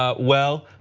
ah well,